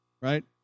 right